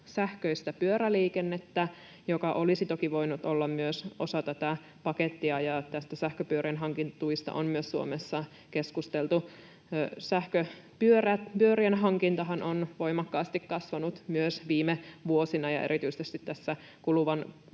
sähköistä pyöräliikennettä, joka olisi toki voinut olla myös osa tätä pakettia, ja sähköpyörien hankintatuista on myös Suomessa keskusteltu. Sähköpyörien hankintahan on myös voimakkaasti kasvanut viime vuosina, ja erityisesti tässä kuluvan